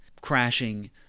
crashing